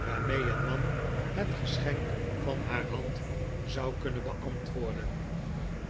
waarmee een man net geschenk van haar hand zou kunnen beantwoorden